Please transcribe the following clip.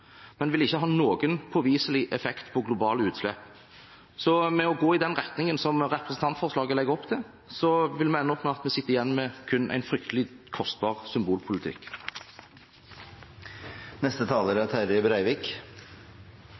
men vil ikke ha noen påviselig effekt på globale utslipp. Ved å gå i den retningen som representantforslaget legger opp til, vil vi ende opp med at vi sitter igjen med kun en fryktelig kostbar symbolpolitikk. Global oppvarming er